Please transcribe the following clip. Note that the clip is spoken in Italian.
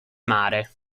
mare